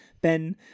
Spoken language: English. ben